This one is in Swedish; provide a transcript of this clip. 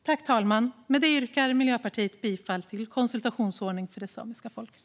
Jag yrkar bifall till utskottets förslag om en konsultationsordning i frågor som rör det samiska folket.